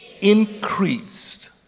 increased